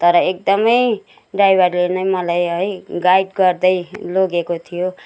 तर एकदमै ड्राइभरले नै मलाई है गाइड गर्दै लोगेको थियो